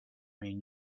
mean